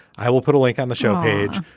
i will put a link on the show page.